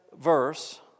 verse